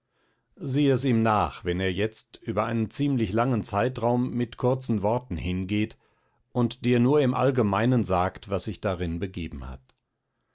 sieh es ihm nach wenn er jetzt über einen ziemlich langen zeitraum mit kurzen worten hingeht und dir nur im allgemeinen sagt was sich darin begeben hat